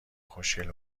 خوشگل